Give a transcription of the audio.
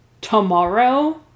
tomorrow